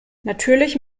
natürlich